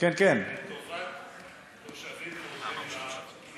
זה לטובת תושבים חוזרים לארץ,